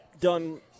done –